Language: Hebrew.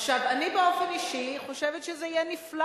אני באופן אישי חושבת שזה יהיה נפלא